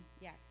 yes